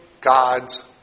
God's